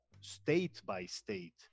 state-by-state